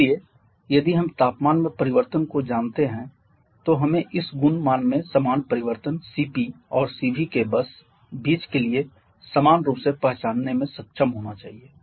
इसलिए यदि हम तापमान में परिवर्तन को जानते हैं तो हमें इस गुण मान में समान परिवर्तन Cpऔर Cv के बस बीच के लिए समान रूप से पहचानने में सक्षम होना चाहिए